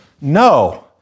No